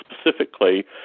specifically